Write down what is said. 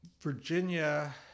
Virginia